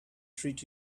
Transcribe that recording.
treat